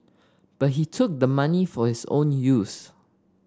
but he took the money for his own use